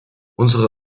unsere